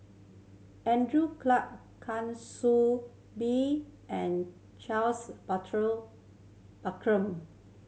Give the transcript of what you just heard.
Andrew Clarke Soo Bee and Charles